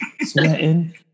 sweating